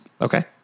Okay